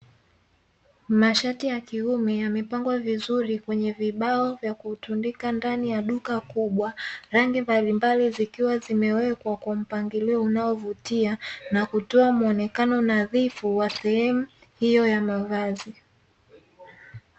Mashati ya kiume, yamepangwa vizuri kwenye vibao vya kutandika ndani ya duka kubwa rangi mbalimbali zikiwa ziewekwa kwa mpangilio ulio vutia, na kutoa muonekano nadhifu wa sehemu hiyo ya mavazi.